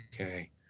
okay